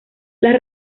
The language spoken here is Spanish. las